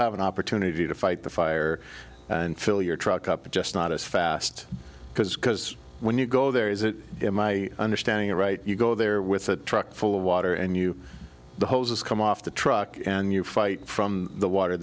have an opportunity to fight the fire and fill your truck up just not as fast because because when you go there is it in my understanding right you go there with a truck full of water and you the hoses come off the truck and you fight from the water